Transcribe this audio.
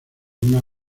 una